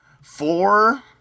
four